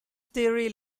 theory